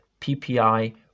PPI